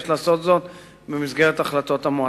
יש לעשות זאת במסגרת החלטות המועצה.